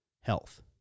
health